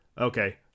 okay